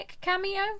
cameo